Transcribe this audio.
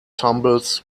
tumbles